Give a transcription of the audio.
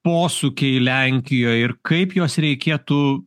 posūkiai lenkijoj ir kaip juos reikėtų